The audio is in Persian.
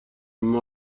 عمه